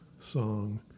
song